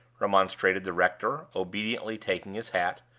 remonstrated the rector, obediently taking his hat,